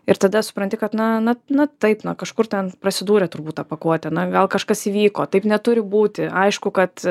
ir tada supranti kad na na na taip na kažkur ten prasidūrė turbūt ta pakuotė na gal kažkas įvyko taip neturi būti aišku kad